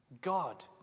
God